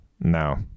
No